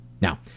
now